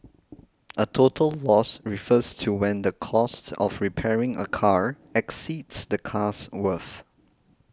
a total loss refers to when the cost of repairing a car exceeds the car's worth